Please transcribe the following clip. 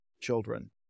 children